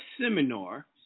seminar